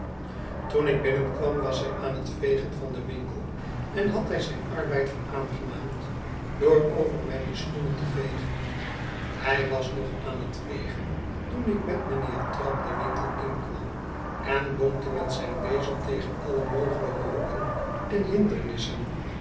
toen ik binnenkwam was hij aan het vegen van den winkel en had hij zijn arbeid veraangenaamd door over mijne schoenen te vegen hij was nog aan het vegen toen ik met mijnheer trabb den winkel inkwam enbonkte met zijn bezem tegen alle mogelijke hoeken en hindernissen